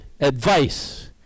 advice